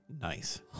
nice